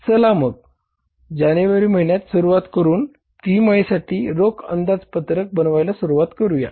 चला तर मग जानेवारी महिण्यात सुरवात करून तिमाहीसाठी रोख अंदाजपत्रक बनवायला सुरुवात करूया